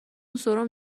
سرم